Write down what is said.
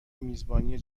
میزبانی